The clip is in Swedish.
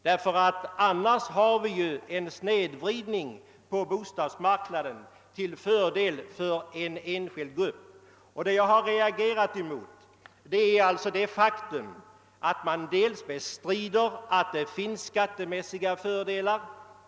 I annat fall har vi en snedvridning på bostadsmarknaden som gynnar en speciell grupp. Vad som gjort att jag reagerat i detta fall är det faktum att man bestritt att det finns några sådana skattemässiga fördelar.